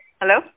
Hello